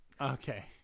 Okay